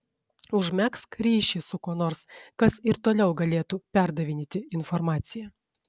užmegzk ryšį su kuo nors kas ir toliau galėtų perdavinėti informaciją